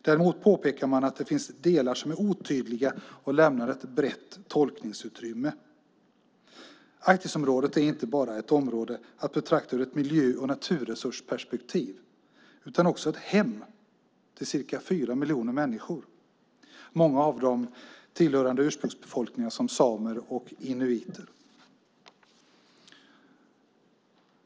Däremot påpekar man att det finns delar som är otydliga och lämnar ett brett tolkningsutrymme. Arktisområdet är inte bara ett område att betrakta ur ett miljö och naturresursperspektiv utan också ett hem för cirka fyra miljoner människor, många av dem tillhörande ursprungsbefolkningar som samer och inuiter.